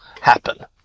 happen